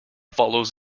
follows